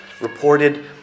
reported